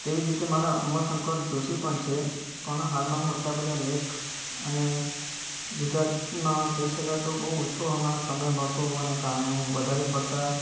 તેવી જ રીતે મારા ઉમાશંકર જોશી પણ છે પણ હાલમાં હું એટલા બધા લેખ અને ગુજરાતીમાં કહી શકાય તો બહુ ઓછો હમણાં સમય મળતો હોવાને કારણે હું વધારે પડતા